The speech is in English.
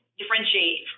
differentiate